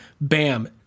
Bam